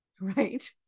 right